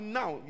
now